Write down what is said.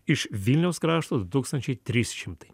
iš vilniaus krašto du tūkstančiai trys šimtai